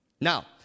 Now